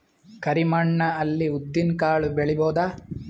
ಕರಿ ಮಣ್ಣ ಅಲ್ಲಿ ಉದ್ದಿನ್ ಕಾಳು ಬೆಳಿಬೋದ?